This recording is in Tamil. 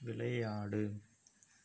விளையாடு